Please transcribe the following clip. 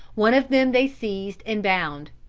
one of them they seized and bound.